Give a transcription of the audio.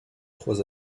trois